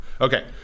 Okay